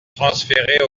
transféré